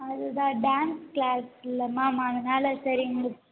அதுதான் dance class இல்லை ma'am அதனாலே சரி நீங்கள்